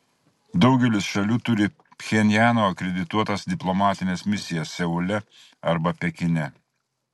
daugelis šalių turi pchenjano akredituotas diplomatines misijas seule arba pekine